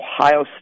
Ohio